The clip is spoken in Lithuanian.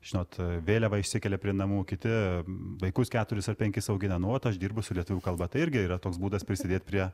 žinot vėliavą išsikelia prie namų kiti vaikus keturis ar penkis augina nu ot aš dirbu su lietuvių kalba tai irgi yra toks būdas prisidėt prie